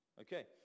Okay